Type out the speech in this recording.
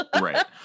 right